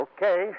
Okay